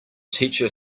teacher